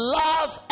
love